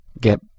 get